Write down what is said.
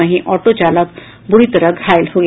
वहीं ऑटो चालक बुरी तरह घायल हो गया